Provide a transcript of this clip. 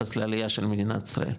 ביחס לעלייה של מדינת ישראל.